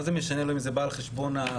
מה זה משנה לו אם זה בא על חשבון החופש?